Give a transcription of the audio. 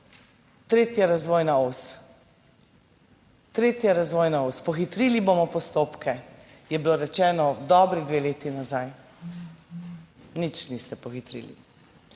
tretja razvojna os, tretja razvojna os. Pohitrili bomo postopke, je bilo rečeno dobri dve leti nazaj, nič niste pohitrili.